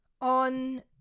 On